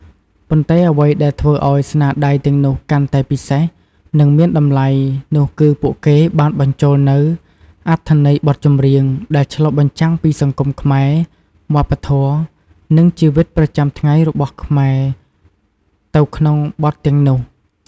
ប៉ុន្តែអ្វីដែលធ្វើឲ្យស្នាដៃទាំងនោះកាន់តែពិសេស និងមានតម្លៃនោះ គឺពួកគេបានបញ្ចូលនូវ អត្ថន័យបទចម្រៀងដែលឆ្លុះបញ្ចាំងពីសង្គមខ្មែរ វប្បធម៌ និងជីវិតប្រចាំថ្ងៃរបស់ខ្មែរ ទៅក្នុងបទទាំងនោះ។